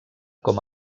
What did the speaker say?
com